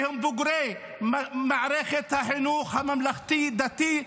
שהם בוגרי מערכת החינוך הממלכתי-דתי.